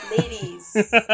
Ladies